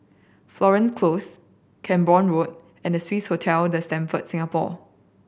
Florence Close Camborne Road and Swissotel The Stamford Singapore